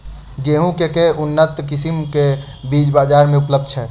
गेंहूँ केँ के उन्नत किसिम केँ बीज बजार मे उपलब्ध छैय?